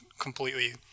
completely